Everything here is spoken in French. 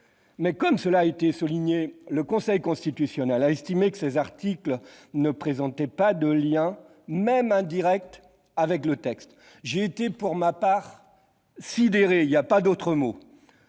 comme cela a déjà été indiqué, le Conseil constitutionnel a estimé que ces articles ne présentaient pas de lien, même indirect, avec le texte. J'ai été, pour ma part, sidéré- il n'y a pas d'autre mot